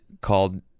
Called